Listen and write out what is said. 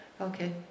Okay